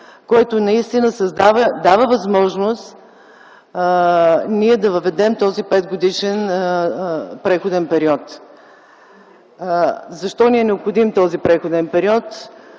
който наистина дава възможност да въведем този петгодишен преходен период. Защо ни е необходим този преходен период?